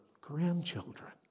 grandchildren